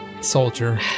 soldier